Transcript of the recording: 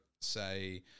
say